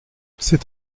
c’est